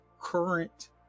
current